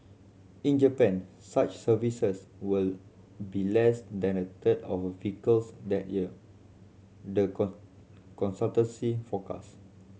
in Japan such services will be less than a third of vehicles that year the consultancy forecasts